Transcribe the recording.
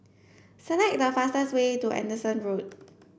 select the fastest way to Anderson Road